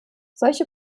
solche